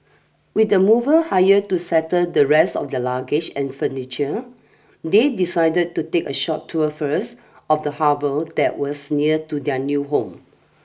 with the mover hire to settle the rest of the luggage and furniture they decided to take a short tour first of the harbour that was near to their new home